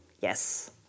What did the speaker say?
yes